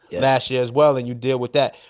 and last year as well, and you dealt with that.